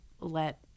let